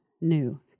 new